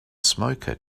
smoker